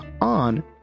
on